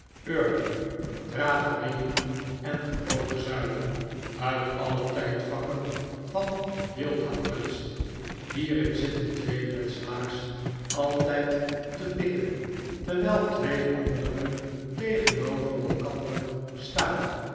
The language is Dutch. urnen draperieen en gebroken zuilen uit alle tijdvakken van beeldhouwkunst hierin zitten twee metselaars altyd te bikken terwyl twee andere tegenover elkander staan